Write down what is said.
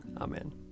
Amen